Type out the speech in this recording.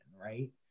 Right